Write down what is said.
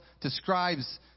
describes